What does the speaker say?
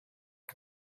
but